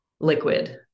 liquid